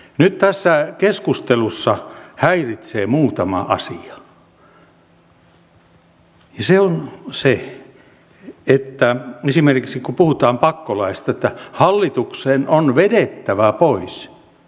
nyt tässä keskustelussa häiritsee muutama asia ja se on se että esimerkiksi puhutaan pakkolaeista että hallituksen on ne vedettävä pois